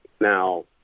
now